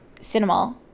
cinema